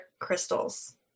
crystals